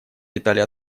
детали